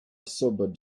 sobered